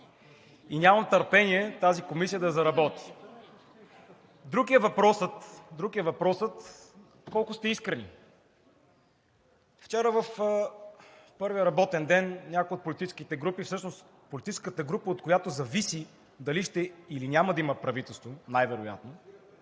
Нямам търпение тази комисия да заработи. Друг е въпросът колко сте искрени. Вчера в първия работен ден някои от политическите групи, всъщност политическата група, от която зависи дали ще има, или няма да има правителство най-вероятно,